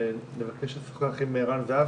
נבקש לשוחח עם ערן זהבי.